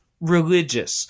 religious